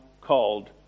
called